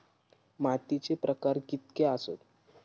मातीचे प्रकार कितके आसत?